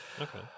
Okay